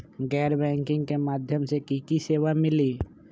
गैर बैंकिंग के माध्यम से की की सेवा मिली?